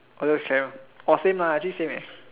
oh the shell orh same lah actually same leh